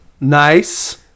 Nice